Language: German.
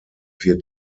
vier